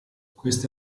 queste